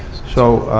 so